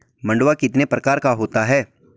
मंडुआ कितने प्रकार का होता है?